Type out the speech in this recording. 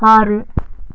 ஆறு